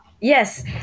yes